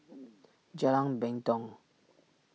Jalan Mendong